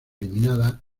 eliminada